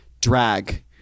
drag